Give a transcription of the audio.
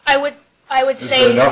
i would i would say eno